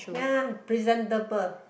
ya presentable